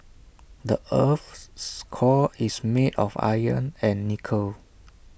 the Earth's core is made of iron and nickel